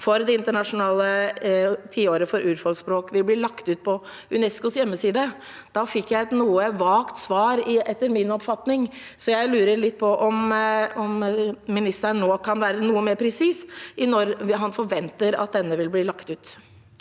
for det internasjonale tiåret for urfolksspråk vil bli lagt ut på UNESCOs hjemmeside. Da fikk jeg et noe vagt svar, etter min oppfatning, så jeg lurer litt på om statsråden nå kan være noe mer presis om når han forventer at denne vil bli lagt ut.